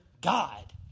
God